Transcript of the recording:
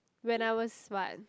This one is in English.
when I was what